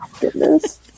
goodness